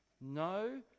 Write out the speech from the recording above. no